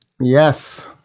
Yes